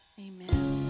Amen